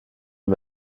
die